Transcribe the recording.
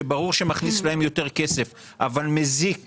שברור שמכניס להם יותר כסף אבל מזיק